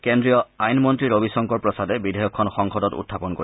কেন্দ্ৰীয় আইন মন্ত্ৰী ৰবি শংকৰ প্ৰসাদে বিধেয়কখন সদনত উখাপন কৰিব